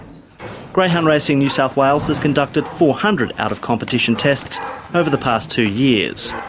greyhound racing new south wales has conducted four hundred out-of-competition tests over the past two years.